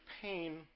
pain